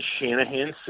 Shanahan